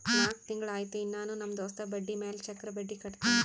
ನಾಕ್ ತಿಂಗುಳ ಆಯ್ತು ಇನ್ನಾನೂ ನಮ್ ದೋಸ್ತ ಬಡ್ಡಿ ಮ್ಯಾಲ ಚಕ್ರ ಬಡ್ಡಿ ಕಟ್ಟತಾನ್